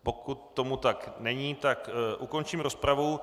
Pokud tomu tak není, tak ukončím rozpravu.